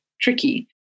tricky